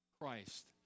Christ